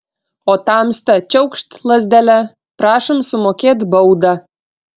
o tamsta čiaukšt lazdele prašom sumokėt baudą